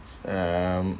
um